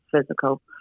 physical